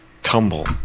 tumble